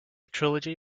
trilogy